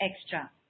extra